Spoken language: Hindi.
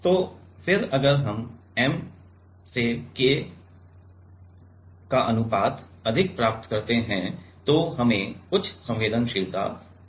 तो फिर अगर हम M से K अनुपात अधिक प्राप्त करते हैं तो हमें उच्च संवेदनशीलता प्राप्त होती है